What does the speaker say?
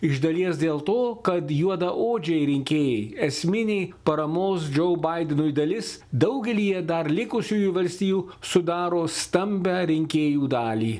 iš dalies dėl to kad juodaodžiai rinkėjai esminiai paramos džo baidenui dalis daugelyje dar likusių valstijų sudaro stambią rinkėjų dalį